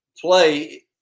play